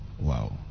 Wow